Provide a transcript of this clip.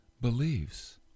believes